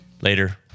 Later